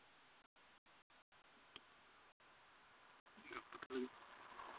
ᱜᱟᱯᱟ ᱛᱟᱞᱦᱮ